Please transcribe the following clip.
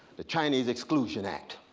the chinese exclusion act.